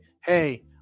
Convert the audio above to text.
hey